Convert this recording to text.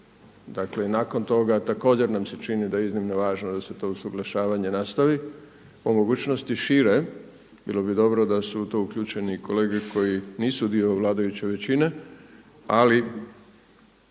dakle nakon toga nam se također čini da je iznimno važno da se to usuglašavanje nastavi, po mogućnosti šire. Bilo bi dobro da su u to uključeni i kolege koji nisu dio vladajuće većine, ali